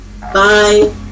Bye